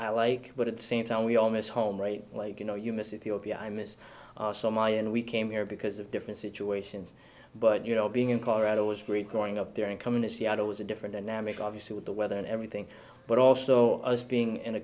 i like but at the same time we all miss home right like you know you miss if you'll be i miss my and we came here because of different situations but you know being in colorado was great going up there and coming to seattle was a different dynamic obviously with the weather and everything but also us being in a